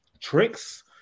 tricks